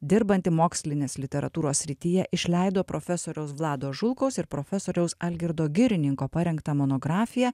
dirbanti mokslinės literatūros srityje išleido profesoriaus vlado žulkaus ir profesoriaus algirdo girininko parengtą monografiją